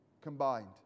combined